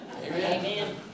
Amen